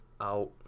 out